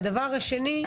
והדבר השני,